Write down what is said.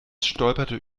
stolperte